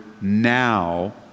now